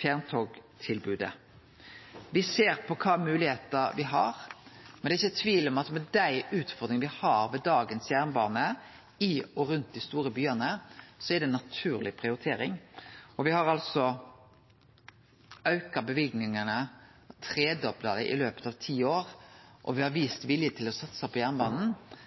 fjerntogtilbodet. Me ser på kva moglegheiter me har, men det er ikkje tvil om at med dei utfordringane me har med dagens jernbane i og rundt dei store byane, er det ei naturleg prioritering. Me har altså auka løyvingane – tredobla dei – i løpet av ti år, og me har vist vilje til å satse på jernbanen.